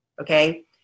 okay